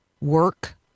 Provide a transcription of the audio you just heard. work